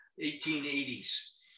1880s